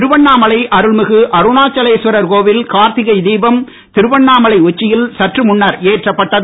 திருவண்ணாமலை அருள்மிகு அருணாச்சலேஸ்வரர் கோவில் கார்த்திகை தீபம் திருவண்ணாமலை உச்சியில் சற்று முன்னர் ஏற்றப்பட்டது